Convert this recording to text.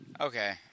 Okay